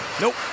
Nope